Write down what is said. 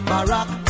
Barack